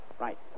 Right